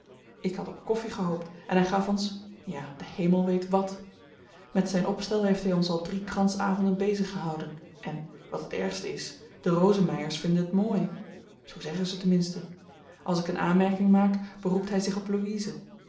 ik had op koffi gehoopt en hy gaf ons ja de hemel weet wàt met zyn opstel heeft hy ons al drie kransavenden beziggehouden en wat het ergste is de rosemeyers vinden het mooi zoo zeggen ze ten minste als ik een aanmerking maak beroept hy zich op louise